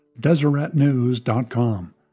Deseretnews.com